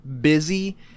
busy